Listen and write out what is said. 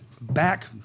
back